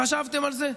חשבתם על זה?